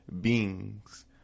beings